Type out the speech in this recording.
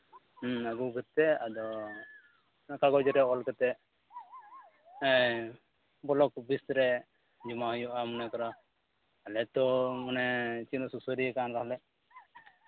ᱦᱮᱸ ᱟᱹᱜᱩ ᱠᱟᱛᱮᱫ ᱟᱫᱚ ᱚᱱᱟ ᱠᱟᱜᱚᱡᱽ ᱨᱮ ᱚᱞ ᱠᱟᱛᱮᱫ ᱦᱮᱸ ᱵᱞᱚᱠ ᱚᱯᱷᱤᱥ ᱨᱮ ᱡᱚᱢᱟ ᱦᱩᱭᱩᱜᱼᱟ ᱢᱚᱱᱮ ᱠᱚᱨᱚ ᱟᱞᱮ ᱛᱚ ᱢᱟᱱᱮ ᱛᱤᱱᱟᱹᱜ ᱥᱩᱥᱟᱹᱨᱤᱭᱟᱹ ᱠᱟᱱ ᱨᱮᱦᱚᱸ ᱞᱮ